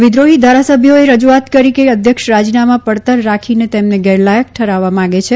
વિદ્રોહી ધારાસભ્યોએ રજૂઆત કરી કે અધ્યક્ષ રાજીનામાં પડતર રાખીને તેમને ગેરલાયક ઠરાવવા માંગે છે